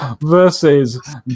versus